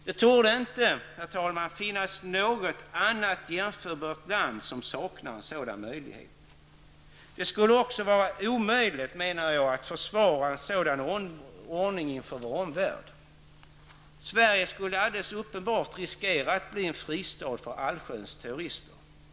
Det torde inte, herr talman, finnas något annat jämförbart land som saknar en sådan möjlighet. Jag menar att det också skulle vara omöjligt att inför vår omvärld försvara en sådan ordning. Sverige skulle alldeles uppenbart riskera att bli en fristad för allsköns terrorister.